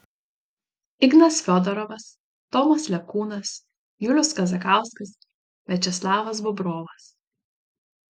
ignas fiodorovas tomas lekūnas julius kazakauskas viačeslavas bobrovas